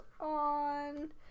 on